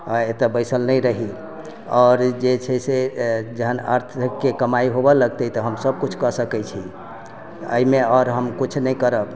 एते बैसल नहि रही आओर जे छै से जहन अर्थके कमाई होबऽ लगतै तऽ हमसब किछु कऽ सकै छी अइमे आओर हम किछु नहि करब